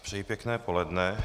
Přeji pěkné poledne.